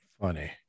funny